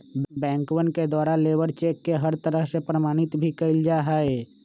बैंकवन के द्वारा लेबर चेक के हर तरह से प्रमाणित भी कइल जा हई